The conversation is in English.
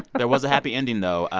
there was a happy ending, though.